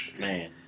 man